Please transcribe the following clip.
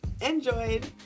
enjoyed